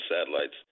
satellites